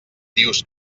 dius